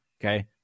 Okay